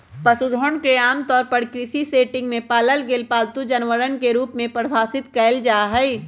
पशुधन के आमतौर पर कृषि सेटिंग में पालल गेल पालतू जानवरवन के रूप में परिभाषित कइल जाहई